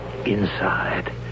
Inside